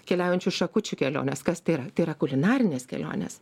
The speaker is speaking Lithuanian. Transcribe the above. keliaujančių šakučių keliones kas tai yra tai yra kulinarinės kelionės